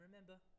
remember